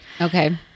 Okay